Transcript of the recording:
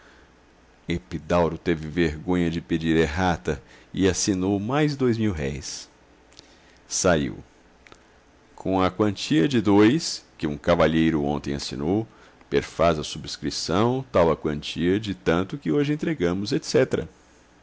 epidauro teve vergonha de pedir errata e assinou mais dois mil-réis aiu com a quantia de dois que um cavalheiro ontem assinou perfaz a subscrição tal a quantia de tanto que hoje entregamos